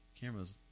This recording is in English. Camera's